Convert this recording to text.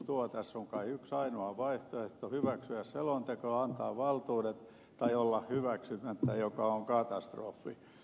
tässä on kai yksi ainoa vaihtoehto hyväksyä selonteko ja antaa valtuudet tai olla hyväksymättä mikä on katastrofi